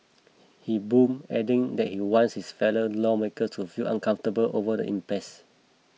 he boomed adding that he wants his fellow lawmakers to feel uncomfortable over the impasse